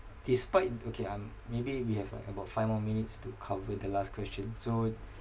despite okay um maybe we have like about five more minutes to cover the last question so